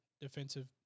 defensive